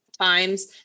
times